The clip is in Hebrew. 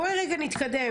בואי רגע נתקדם.